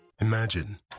Imagine